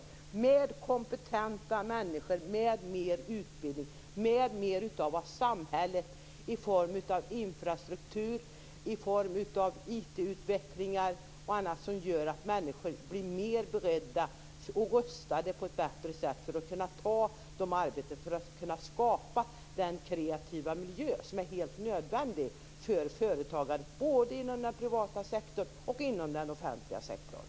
Det skall ske med kompetenta människor, mer utbildning och mer av vad samhället förmår i form av infrastruktur, IT-utvecklingar och annat som gör att människor blir mer beredda och rustade på ett bättre sätt för att kunna ta ett arbete och skapa den kreativa miljö som är helt nödvändig för företagare både inom den privata sektorn och inom den offentliga sektorn.